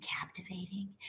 captivating